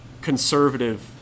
conservative